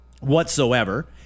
whatsoever